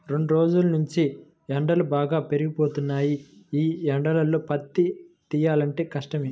రెండ్రోజుల్నుంచీ ఎండలు బాగా పెరిగిపోయినియ్యి, యీ ఎండల్లో పత్తి తియ్యాలంటే కష్టమే